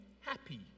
happy